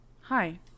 Hi